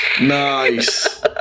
nice